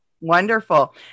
Wonderful